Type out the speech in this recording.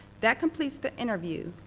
that completes the interview.